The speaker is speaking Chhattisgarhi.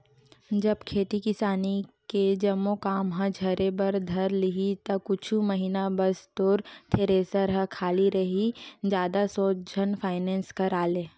जब खेती किसानी के जम्मो काम ह झरे बर धर लिही ता कुछ महिना बस तोर थेरेसर ह खाली रइही जादा सोच झन फायनेंस करा ले